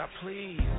Please